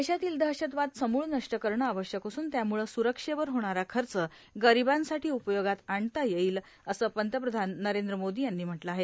देशातील दहशतवाद समूळ नष्ट करणं आवश्यक असून त्यामुळं सुरक्षेवर होणारा खर्च गरिबांसाठी उपयोगात आणता येईल असं पंतप्रधान नरेंद्र मोदी यांनी म्हटलं आहे